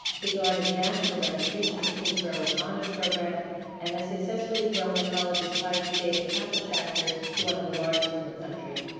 he garnered national recognition for kingsborough's honors program and has successfully grown the college's phi beta kappa chapter to one of the largest in the country.